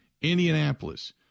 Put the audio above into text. Indianapolis